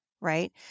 right